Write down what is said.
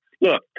look